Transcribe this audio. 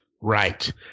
right